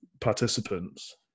participants